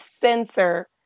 sensor